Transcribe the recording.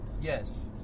Yes